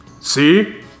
See